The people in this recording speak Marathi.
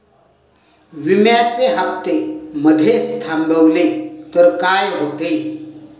विम्याचे हफ्ते मधेच थांबवले तर काय होते?